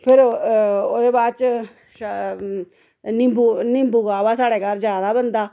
फिर ओह्दे बाद च निम्बू निम्बू काह्वा साढ़ै घर ज्यादा बनदा